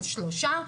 של שלושה,